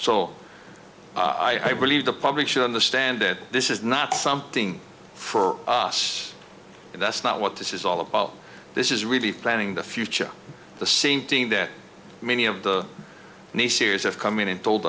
so i believe the public should understand that this is not something for us and that's not what this is all about this is really planning the future the same thing that many of the naysayers have come in and told